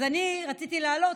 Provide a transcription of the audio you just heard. אז אני רציתי לעלות,